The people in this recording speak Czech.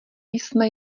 jsme